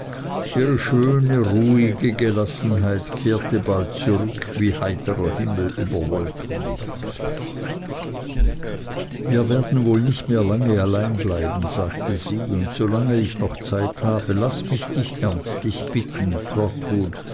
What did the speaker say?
ihre schöne ruhige gelassenheit kehrte bald zurück wie heiterer himmel über wolken wir werden wohl nicht mehr lange allein bleiben sagte sie und so lange ich noch zeit habe laß mich dich ernstlich bitten